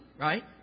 right